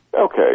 Okay